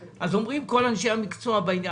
אומרים חלק מאנשי המקצוע בעניין,